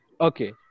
Okay